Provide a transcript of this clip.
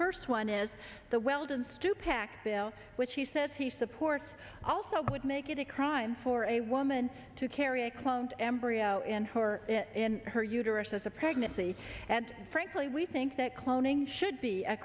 first one is the weldon's two pac bell which he says he supports also could make it a crime for a woman to carry a cloned embryo in her and her uterus as a pregnancy and frankly we think that cloning should be a